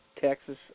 Texas